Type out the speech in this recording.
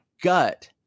gut